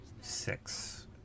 six